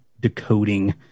decoding